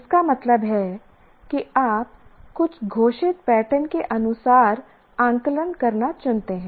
इसका मतलब है कि आप कुछ घोषित पैटर्न के अनुसार आकलन करना चुनते हैं